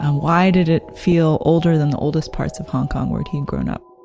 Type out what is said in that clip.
um why did it feel older than the oldest parts of hong kong where he'd grown up?